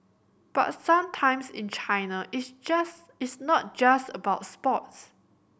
but sometimes in China it's just it's not just about sports